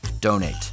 donate